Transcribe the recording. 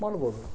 ಮಾಡ್ಬೋದು